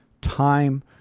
Time